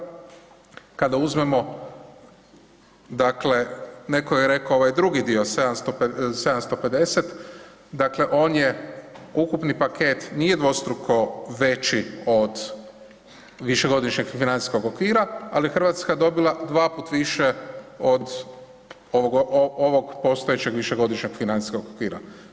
Kada uzmemo, dakle neko je rekao ovaj drugi dio 750, dakle on je, ukupni paket nije dvostruko veći od višegodišnjeg financijskog okvira, ali je RH dobila dva put više od ovog postojećeg višegodišnjeg financijskog okvira.